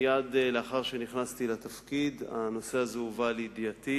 מייד לאחר שנכנסתי לתפקיד הנושא הזה הובא לידיעתי,